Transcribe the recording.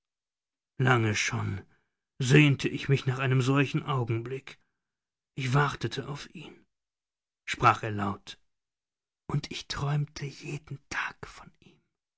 lange schon sehnte ich mich nach einem solchen augenblick ich wartete auf ihn sprach er laut und ich träumte jeden tag von ihm